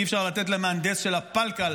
אי-אפשר לתת למהנדס של הפל-קל